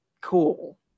cool